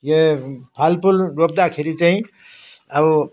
यो फलफुल रोप्दाखेरि चाहिँ अब